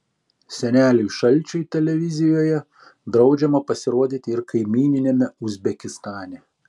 seneliui šalčiui televizijoje draudžiama pasirodyti ir kaimyniniame uzbekistane